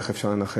איך אפשר לנחם?